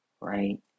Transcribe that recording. right